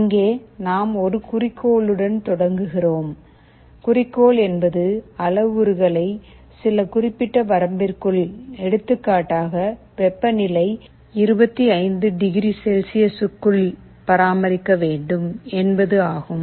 இங்கே நாம் ஒரு குறிக்கோளுடன் தொடங்குகிறோம் குறிக்கோள் என்பது அளவுருக்ககளை சில குறிப்பிட்ட வரம்புக்குள் எடுத்துக்காட்டாக வெப்பநிலை 25 டிகிரி செல்சியஸ்க்கு உள் பராமரிக்க வேண்டும் என்பது ஆகும்